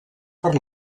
per